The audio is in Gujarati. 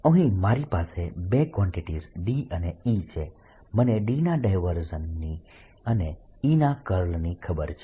અહીં મારી પાસે બે કવાન્ટીટીઝ D અને E છે મને D ના ડાયવર્જન્સની અને E ના કર્લની ખબર છે